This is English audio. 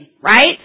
right